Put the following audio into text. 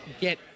get